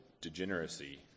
degeneracy